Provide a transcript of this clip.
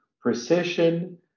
precision